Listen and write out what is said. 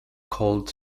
called